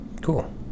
Cool